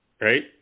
Right